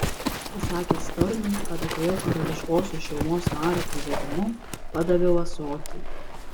pasakęs tarnui kad atėjau karališkosios šeimos nario pavedimu padaviau ąsotį